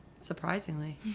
surprisingly